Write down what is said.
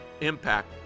impact